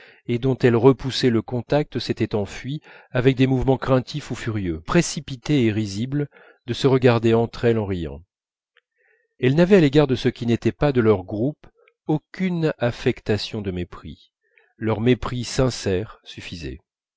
et dont elles repoussaient le contact s'était enfui avec des mouvements craintifs ou furieux précipités ou risibles de se regarder entre elles en riant elles n'avaient à l'égard de ce qui n'était pas de leur groupe aucune affectation de mépris leur mépris sincère suffisait